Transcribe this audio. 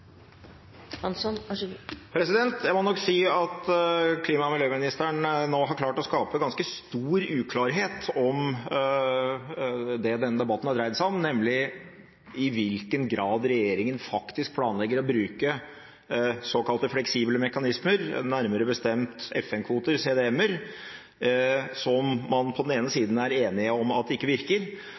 Jeg må nok si at klima- og miljøministeren nå har klart å skape ganske stor uklarhet om det denne debatten har dreid seg om, nemlig i hvilken grad regjeringen faktisk planlegger å bruke såkalte fleksible mekanismer, nærmere bestemt FN-kvoter, CDM-er, som man på den ene siden er enige om ikke virker,